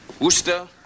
Worcester